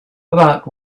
about